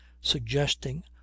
suggesting